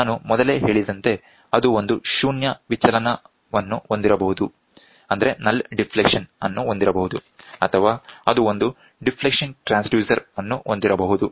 ಆದ್ದರಿಂದ ನಾನು ಮೊದಲೇ ಹೇಳಿದಂತೆ ಅದು ಒಂದು ಶೂನ್ಯ ವಿಚಲನವನ್ನು ಹೊಂದಿರಬಹುದು ಅಥವಾ ಅದು ಒಂದು ಡಿಫ್ಲೆಕ್ಷನ್ ಟ್ರಾನ್ಸ್ಡ್ಯೂಸರ್ ಅನ್ನು ಹೊಂದಿರಬಹುದು